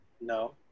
No